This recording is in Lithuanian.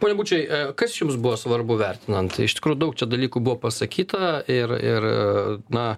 pone bučai kas jums buvo svarbu vertinant iš tikro daug dalykų buvo pasakyta ir ir na